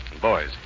boys